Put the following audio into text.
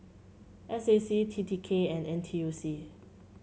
S A C T T K and N T U C